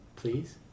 Please